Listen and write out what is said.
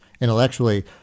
intellectually